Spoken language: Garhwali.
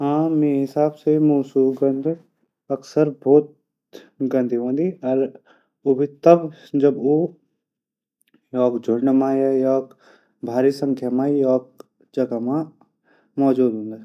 हाँ मे हिसाब से मुसा गंदा सबसे बुरी हूंदी। ऊ भी जब ऊ झुंड मा या भारी संख्या मा समूह मा मौजूद हूदन।